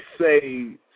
say